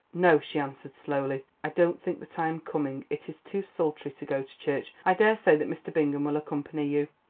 no, she answered slowly, i don't think that i am coming it is too sultry to go to church. i daresay that mr. bingham will accompany you.